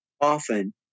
often